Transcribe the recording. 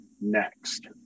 next